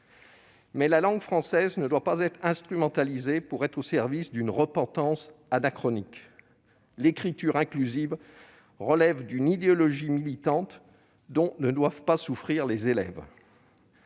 Mais la langue française ne doit pas être instrumentalisée au service d'une repentance anachronique. L'écriture inclusive relève d'une idéologie militante dont ne doivent pas souffrir les élèves.